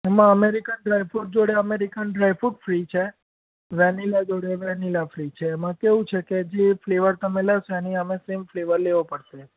એમાં American dry fruit જોડે American dry fruit free છે વેનીલા જોડે વેનીલા ફ્રી છે એમાં કેવું છે કે જે ફ્લેવોર તમે લો છો એની સામે સેમ ફ્લેવર લેવી પડશે